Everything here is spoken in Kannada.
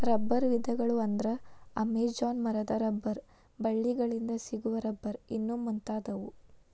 ರಬ್ಬರ ವಿಧಗಳ ಅಂದ್ರ ಅಮೇಜಾನ ಮರದ ರಬ್ಬರ ಬಳ್ಳಿ ಗಳಿಂದ ಸಿಗು ರಬ್ಬರ್ ಇನ್ನು ಮುಂತಾದವು